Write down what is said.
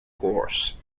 course